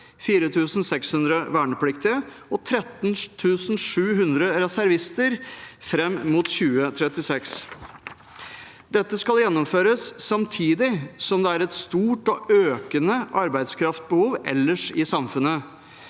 og andre saker og 13 700 reservister fram mot 2036. Dette skal gjennomføres samtidig som det er et stort og økende arbeidskraftbehov ellers i samfunnet.